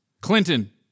Clinton